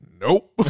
nope